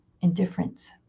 indifference